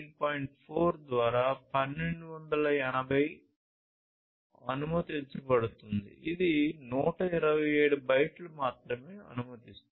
4 ద్వారా 1280 అనుమతించబడుతుంది ఇది 127 బైట్లను మాత్రమే అనుమతిస్తుంది